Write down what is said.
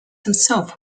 himself